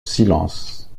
silence